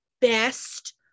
best